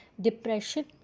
Depression